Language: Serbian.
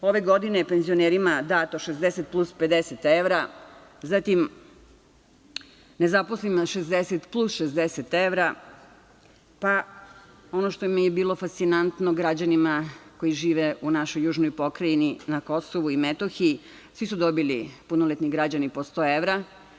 Ove godine penzionerima dato 60 plus 50 evra, zatim nezaposlenima plus 60 evra, pa ono što mi je bilo fascinantno građanima koji žive u našoj južnoj pokrajini na KiM, svi su dobili, punoletni građani po sto evra.